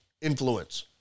influence